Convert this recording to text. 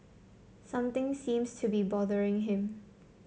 something seems to be bothering him